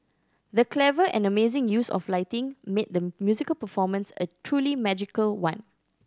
the clever and amazing use of lighting made the musical performance a truly magical one